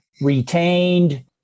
retained